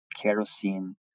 kerosene